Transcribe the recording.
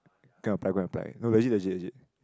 go and apply go and apply no legit legit legit